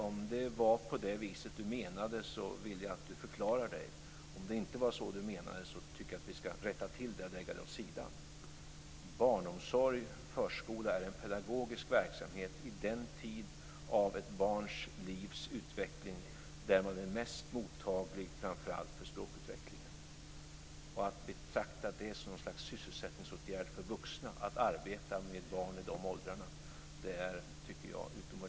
Om Alf Svensson menade så vill jag att han förklarar sig. Om det inte var så Alf Svensson menade tycker jag att vi ska rätta till det och lägga det åt sidan. Barnomsorg, förskola, är en pedagogisk verksamhet i den tid av ett barns livsutveckling där man är mest mottaglig för framför allt språkutvecklingen. Att betrakta arbete med barn i de åldrarna som en sysselsättningsåtgärd för vuxna är utomordentligt förvånande.